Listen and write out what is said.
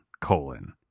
colon